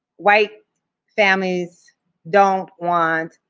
white families don't want,